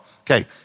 Okay